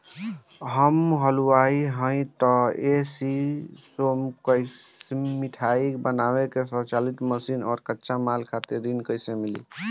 हम हलुवाई हईं त ए.सी शो कैशमिठाई बनावे के स्वचालित मशीन और कच्चा माल खातिर ऋण कइसे मिली?